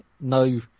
no